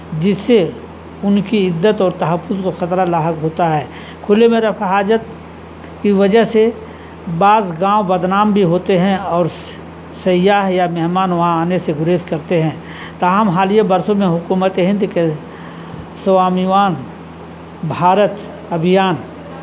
جس سے ان کی عزت اور تحفظ کو خطرہ لاحق ہوتا ہے کھلے میں رفع حاجت کی وجہ سے بعض گاؤں بدنام بھی ہوتے ہیں اور سیاح یا مہمان وہاں آنے سے گریز کرتے ہیں تاہم حالیہ برسوں میں حکومت ہند کے سوابھیمان بھارت ابھیان